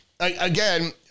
Again